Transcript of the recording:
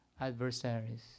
adversaries